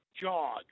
jog